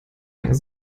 lang